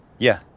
yeah.